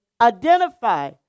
identify